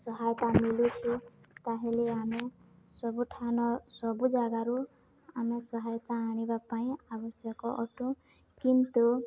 ସହାୟତା ମିଳୁଛି ତାହେଲେ ଆମେ ସବୁଠାରୁ ସବୁ ଜାଗାରୁ ଆମେ ସହାୟତା ଆଣିବା ପାଇଁ ଆବଶ୍ୟକ ଅଟୁ କିନ୍ତୁ